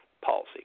policy